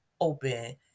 open